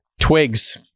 twigs